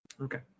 Okay